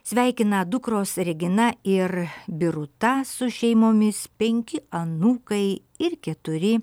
sveikina dukros regina ir biruta su šeimomis penki anūkai ir keturi